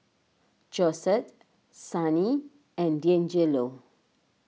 Josette Sonny and Deangelo